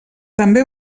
també